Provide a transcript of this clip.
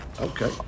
Okay